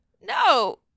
No